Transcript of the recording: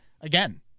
again